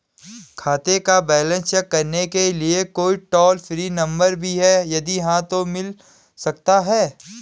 खाते का balance check करने के लिए कोई टॉल फ्री नम्बर भी है यदि हाँ तो मिल सकता है?